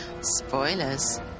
Spoilers